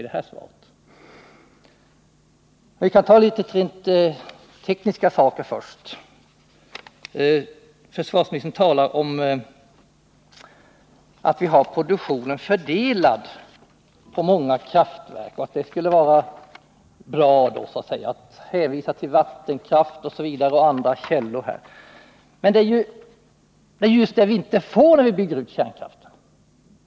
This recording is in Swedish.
Låt oss börja med några rent tekniska saker. Försvarsministern talar om att det är bra att vi har produktionen fördelad på många kraftverk, på vattenkraft och på andra energikällor. Men det är just det som inte blir fallet när vi bygger ut kärnkraften.